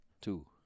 two